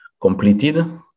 completed